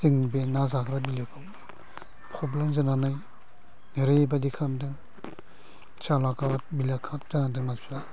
जोंनि बे ना जाग्रा बिलोखौ फबलांजानानै ओरैबादि खालामदों जालाखाद बिलाखाद जानांदों मानसिफ्रा